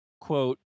quote